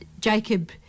Jacob